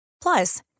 plus